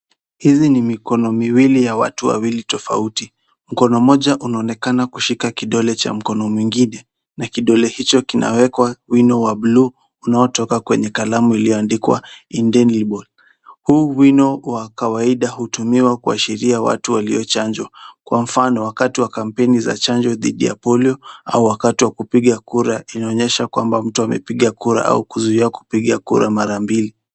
Hizi ni mikono miwili ya watu wawili tofauti. Mkono mmoja unaonekana kushika kidole cha mkono mwingine na kidole hicho kinawekwa wino wa blue unaotoka kwenye kalamu ilioandikwa Indelible . Huu wino wa kawaida hutumiwa kuashiria watu waliochanjwa kwa mfano; wakati wa chanjo dhidi ya polio au wakati wa kupiga kura inaonyesha mtu amepiga kura au kuzuia kupiga kura mara mbili.